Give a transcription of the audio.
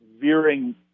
veering